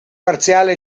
parziale